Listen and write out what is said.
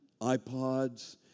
iPods